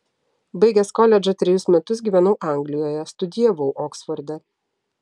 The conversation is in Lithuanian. baigęs koledžą trejus metus gyvenau anglijoje studijavau oksforde